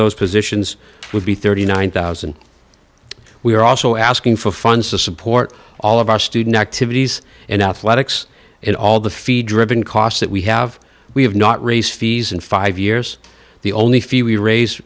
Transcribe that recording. those positions would be thirty nine thousand dollars we are also asking for funds to support all of our student activities in athletics and all the feed driven costs that we have we have not raise fees in five years the only fee we raise